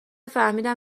فهمیدم